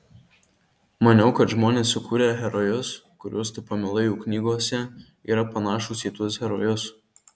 maniau kad žmonės sukūrę herojus kuriuos tu pamilai jų knygose yra panašūs į tuos herojus